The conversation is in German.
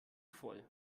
voll